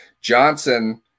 johnson